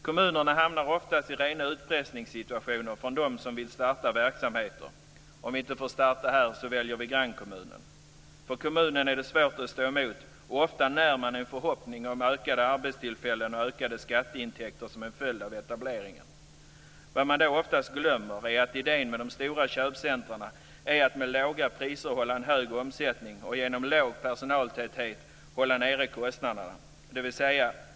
Kommunerna hamnar oftast i situationer av ren utpressning från dem som vill starta verksamheter - om vi inte får starta här väljer vi grannkommunen. För kommunen är det svårt att stå emot. Ofta när man en förhoppning om ett ökat antal arbetstillfällen och ökade skatteintäkter som en följd av etableringen. Vad man då oftast glömmer är att idén med de stora köpcentrumen är att med låga priser hålla en hög omsättning och att genom en låg personaltäthet hålla kostnaderna nere.